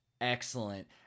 Excellent